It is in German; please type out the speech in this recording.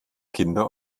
kinder